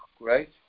right